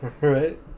right